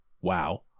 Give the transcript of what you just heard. wow